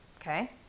Okay